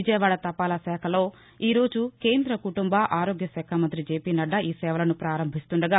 విజయవాడ తపాల శాఖలో ఈ రోజు కేంద్ర కుటుంబ ఆరోగ్యశాఖ మంతి జెపి నడ్డా ఈ సేవలను పారంభిస్తుండగా